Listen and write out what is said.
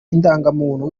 indangamuntu